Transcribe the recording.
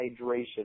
hydration